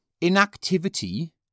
Inactivity